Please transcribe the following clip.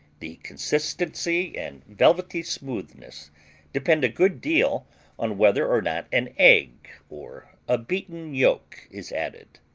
the consistency and velvety smoothness depend a good deal on whether or not an egg, or a beaten yolk, is added.